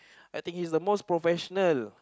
I think he is the most professional